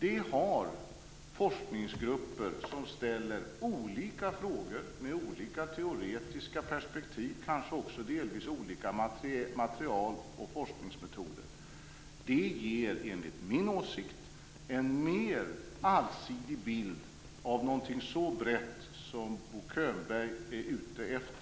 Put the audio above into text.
Detta har forskningsgrupper som ställer olika frågor i olika teoretiska perspektiv, kanske också med delvis olika material och forskningsmetoder. Det ger enligt min åsikt en mer allsidig bild av något så brett som Bo Könberg är ute efter.